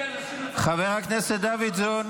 למה, החוק מביא אנשים לצבא?